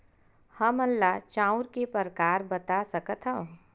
हमन ला चांउर के प्रकार बता सकत हव?